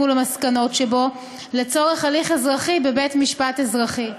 ולמסקנות שבו לצורך הליך אזרחי בבית-משפט אזרחי.